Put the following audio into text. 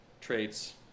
traits